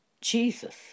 Jesus